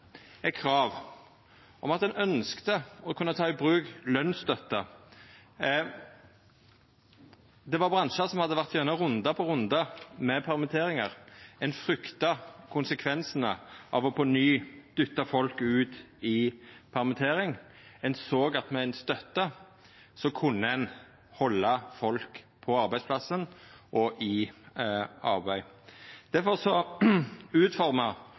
krav om at ein ønskte å kunna ta i bruk lønsstøtte. Det var bransjar som hadde vore gjennom runde på runde med permitteringar. Ein frykta konsekvensane av på ny å dytta folk ut i permittering. Ein såg at med ei støtte kunne ein halda folk på arbeidsplassen og i arbeid.